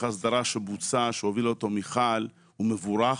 האסדרה שבוצע שהובילה אותו מיכל הוא מבורך,